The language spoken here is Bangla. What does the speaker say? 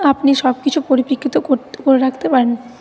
আপনি সবকিছু পরিপ্রেক্ষিত করে রাখতে পারেন